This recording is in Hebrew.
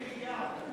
30 מיליארד.